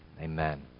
Amen